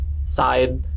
side